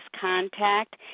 contact